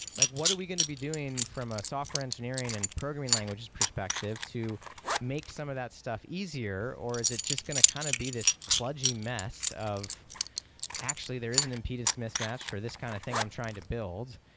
like what are we going to be doing from a software engineering and programming languages perspective to make some of that stuff easier, or is it just going to kind of to be this clogy mess of actually there is an impedance to mismatch for this kind of thing i'm trying to build,